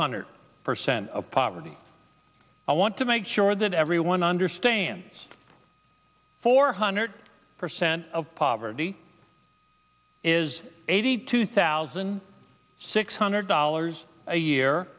hundred percent of poverty i want to make sure that everyone understands four hundred percent of poverty is eighty two thousand six hundred dollars a year